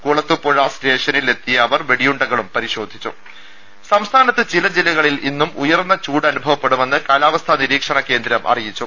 കുളത്തൂപ്പുഴ സ്റ്റേഷനിൽ എത്തിയ അവർ വെടിയുണ്ടകളും പരിശോധിച്ചു ടെട സംസ്ഥാനത്ത് ചില ജില്ലകളിൽ ഇന്നും ഉയർന്ന ചൂട് അനുഭവപ്പെടുമെന്ന് കാലാവസ്ഥാ നിരീക്ഷണ കേന്ദ്രം അറിയിച്ചു